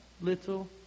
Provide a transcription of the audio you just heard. little